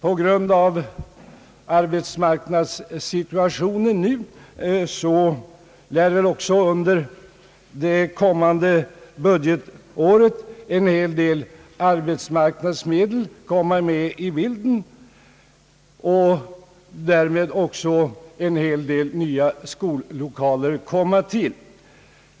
På grund av arbetsmarknadssituationen lär en hel del arbetsmarknadsmedel också under nästa budgetår föras in i bilden och därmed åtskilliga nya skollokaler komma till stånd.